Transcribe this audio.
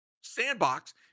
sandbox